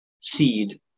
seed